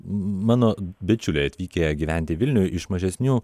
mano bičiuliai atvykę gyventi į vilnių iš mažesnių